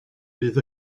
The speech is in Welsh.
bydd